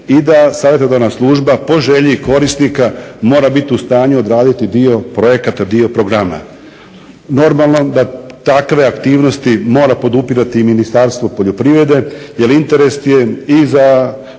i da savjetodavna služba po želji korisnika mora biti u stanju odraditi dio projekata, dio programa. Normalno da takve aktivnosti mora podupirati i Ministarstvo poljoprivrede jer interes je i za